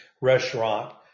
restaurant